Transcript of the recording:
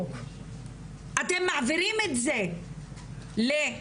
אתם מעבירים את זה לקבלנים,